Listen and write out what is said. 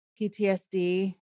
PTSD